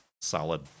solid